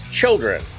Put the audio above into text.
children